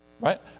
Right